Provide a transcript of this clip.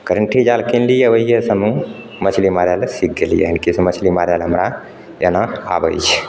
करेंटी जाल कीनलिए ओहिए समय मछली मारय लए सीख गेलिए हँ की मछली मारय लए हमरा एना आबै छै